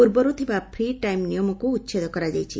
ପୂର୍ବରୁ ଥିବା fee time ନିୟମକୁ ଉଛେଦ କରାଯାଇଛି